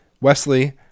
Wesley